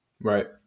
Right